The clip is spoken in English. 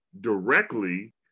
directly